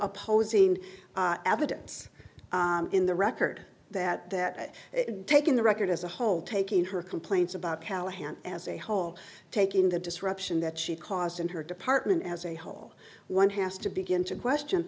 opposing evidence in the record that that taking the record as a whole taking her complaints about callahan as a whole take in the disruption that she caused in her department as a whole one has to begin to question